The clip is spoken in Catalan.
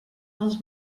els